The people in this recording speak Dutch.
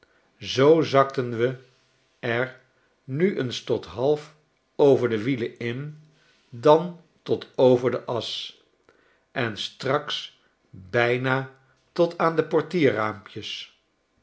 zoo zakten we r nu eens tot half over de wielen in dan tot over de as en straks bijna tot aan